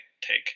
take